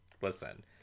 Listen